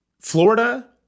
florida